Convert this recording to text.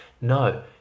No